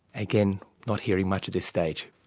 again, not hearing much at this stage.